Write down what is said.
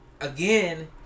Again